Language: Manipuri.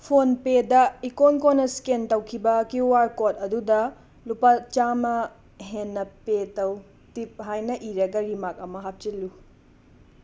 ꯐꯣꯟꯄꯦꯗ ꯏꯀꯣꯟ ꯀꯣꯟꯅ ꯁ꯭ꯀꯦꯟ ꯇꯧꯈꯤꯕ ꯀ꯭ꯌꯨ ꯑꯥꯔ ꯀꯣꯠ ꯑꯗꯨꯗ ꯂꯨꯄꯥ ꯆꯥꯝꯃꯥ ꯍꯦꯟꯅ ꯄꯦ ꯇꯧ ꯇꯤꯞ ꯍꯥꯏꯅ ꯏꯔꯒ ꯔꯤꯃꯥꯛ ꯑꯃ ꯍꯥꯞꯆꯤꯜꯂꯨ